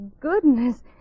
goodness